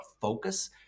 focus